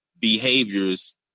behaviors